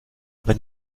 aber